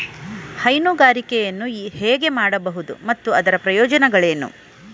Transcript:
ಹೈನುಗಾರಿಕೆಯನ್ನು ಹೇಗೆ ಮಾಡಬಹುದು ಮತ್ತು ಅದರ ಪ್ರಯೋಜನಗಳೇನು?